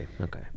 Okay